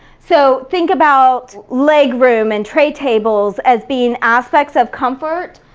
so think about legroom and tray tables as being aspects of comfort,